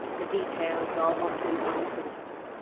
the details are often unprintable.